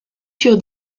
sur